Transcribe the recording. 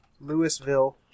Louisville